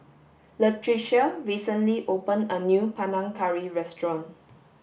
Latricia recently opened a new Panang Curry restaurant